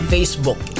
Facebook